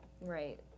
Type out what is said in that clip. Right